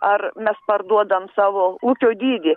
ar mes parduodam savo ūkio dydį